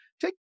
take